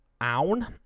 Own